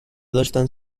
نگفتن